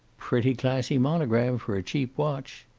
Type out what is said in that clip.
pretty classy monogram for a cheap watch.